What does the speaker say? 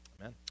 Amen